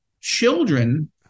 children